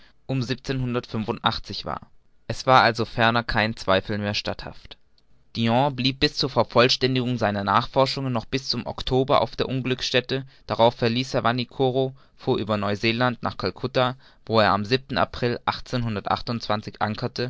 war es war also ferner kein zweifel mehr statthaft dillon blieb zur vervollständigung seiner nachforschungen noch bis zum october auf der unglücksstätte darauf verließ er vanikoro fuhr über neuseeland nach calcutta wo er am april ankerte